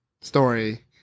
story